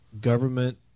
government